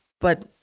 But-